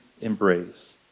embrace